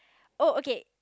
oh okay